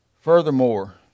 Furthermore